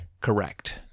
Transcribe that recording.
correct